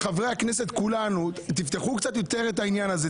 חברי הכנסת, כולנו, תפתחו קצת יותר את העניין הזה.